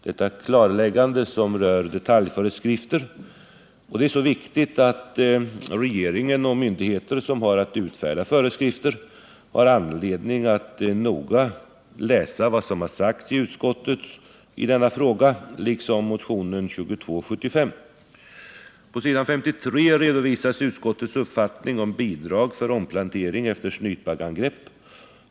Detta klarläggande, som rör detaljföreskrifter, är så viktigt att regeringen eller myndighet som har att utfärda föreskrifter har anledning att noga läsa vad som sagts av utskottet i denna fråga liksom det som anförs i motionen 2215: På s. 53 redovisas utskottets uppfattning om bidrag för omplantering efter snytbaggeangrepp.